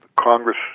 Congress